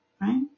right